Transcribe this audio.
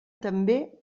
també